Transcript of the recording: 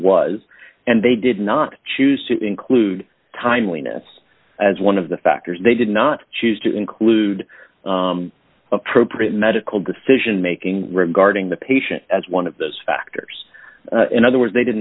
was and they did not choose to include timeliness as one of the factors they did not choose to include appropriate medical decision making regarding the patient as one of those factors in other words they did